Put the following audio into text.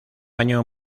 año